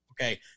okay